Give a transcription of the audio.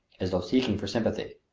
as though seeking for sympathy.